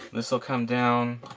this will come down